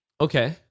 Okay